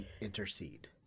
intercede